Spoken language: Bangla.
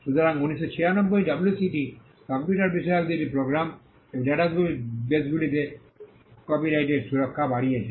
সুতরাং 1996 ডাব্লুসিটি কম্পিউটার বিষয়ক দুটি প্রোগ্রাম এবং ডেটা বেসগুলিতে কপিরাইটের সুরক্ষা বাড়িয়েছে